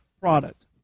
product